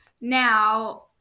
Now